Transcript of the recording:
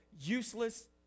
useless